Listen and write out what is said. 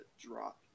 drop